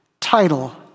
title